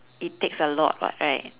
it takes a lot [what] right